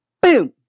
boom